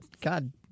God